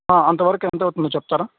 అంతవరకు ఎంత అవుతుందో చెప్తారా